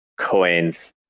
coins